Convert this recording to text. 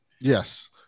Yes